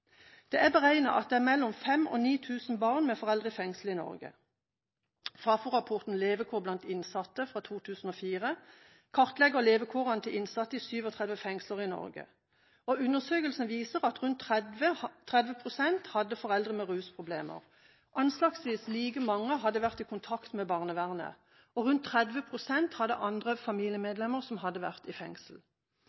Det er beregnet at det er mellom 5 000 og 9 000 barn med foreldre i fengsel i Norge. Fafo-rapporten Levekår blant innsatte, fra 2004, kartlegger levekårene til innsatte i 37 fengsler i Norge. Undersøkelsen viser at rundt 30 pst. hadde foreldre med rusproblemer, anslagsvis like mange hadde vært i kontakt med barnevernet, og rundt 30 pst. hadde andre